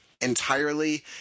entirely